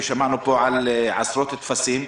ושמענו פה על עשרות טפסים.